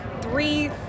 three